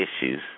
issues